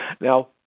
now